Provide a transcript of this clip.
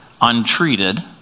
untreated